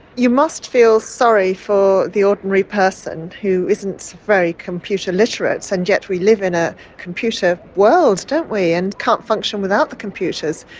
you must feel sorry for the ordinary person who isn't very computer literate so and yet we live in a computer world, don't we, and can't function without the computers.